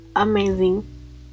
amazing